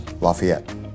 Lafayette